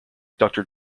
doctor